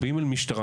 כשבאים אל המשטרה,